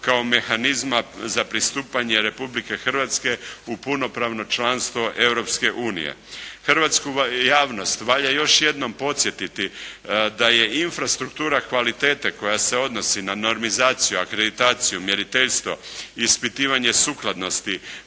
kao mehanizma za pristupanje Republike Hrvatske u punopravno članstvo Europske unije. Hrvatsku javnost valja još jednom podsjetiti da je infrastruktura kvalitete koja se odnosi na normizaciju, akreditaciju, mjeriteljstvo, ispitivanje sukladnosti